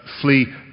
flee